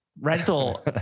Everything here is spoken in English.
rental